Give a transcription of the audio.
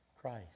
Christ